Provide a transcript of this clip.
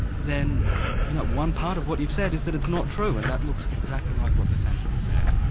then you know one part of what you've said is that it's not true and that looks exactly like what the sentence said.